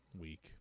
week